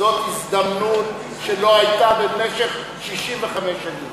זאת הזדמנות שלא הייתה במשך 65 שנים.